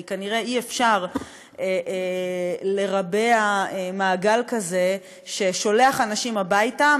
כי כנראה אי-אפשר לרבע מעגל כזה ששולח אנשים הביתה,